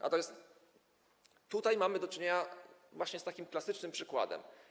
Natomiast tutaj mamy do czynienia właśnie z takim klasycznym przykładem.